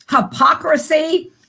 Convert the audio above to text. hypocrisy